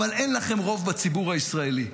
אבל אין לכם רוב בציבור הישראלי.